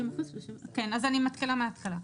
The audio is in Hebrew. אז אני מתחילה מהתחלה.